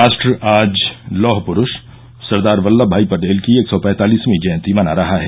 राष्ट्र आज लौह पुरूष सरदार वल्लभ भाई पटेल की एक सौ पैंतालिसवीं जयंती मना रहा है